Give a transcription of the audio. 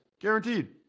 Guaranteed